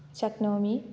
शक्नोमि